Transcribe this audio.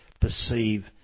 perceive